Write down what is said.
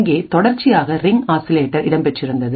அங்கே தொடர்ச்சியாக ring oscillator இடம்பெற்றிருந்தது